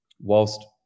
whilst